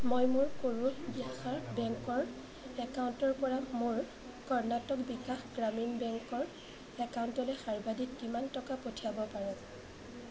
মই মোৰ কৰুৰ ব্যাসা বেংকৰ একাউণ্টৰপৰা মোৰ কৰ্ণাটক বিকাশ গ্ৰামীণ বেংকৰ একাউণ্টলৈ সাৰ্বাধিক কিমান টকা পঠিয়াব পাৰো